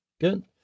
good